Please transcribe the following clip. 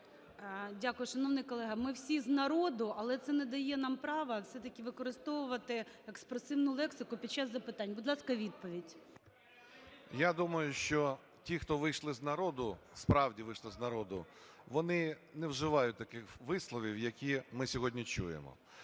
Дякую. Шановний колего, ми всі з народу, але це не дає нам право все-таки використовувати експресивну лексику під час запитань. Будь ласка, відповідь. 10:59:51 РЕВА А.О. Я думаю, що ті, хто вийшли з народу, справді вийшли з народу, вони не вживають таких висловів, які ми сьогодні чуємо.